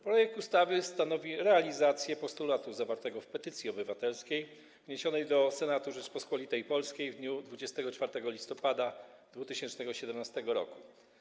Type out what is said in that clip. Projekt ustawy stanowi realizację postulatu zawartego w petycji obywatelskiej wniesionej do Senatu Rzeczypospolitej Polskiej w dniu 24 listopada 2017 r.